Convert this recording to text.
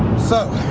so,